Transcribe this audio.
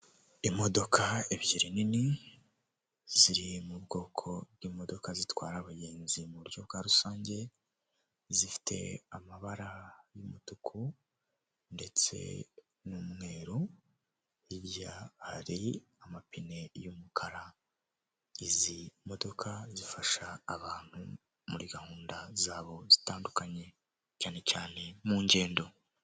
Amafaranga y'amadorari azinze mu mifungo akaba ari imifungo itandatu iyi mifungo uyibonye yaguhindurira ubuzima rwose kuko amadolari ni amafaranga menshi cyane kandi avunjwa amafaranga menshi uyashyize mumanyarwanda rero uwayaguha wahita ugira ubuzima bwiza.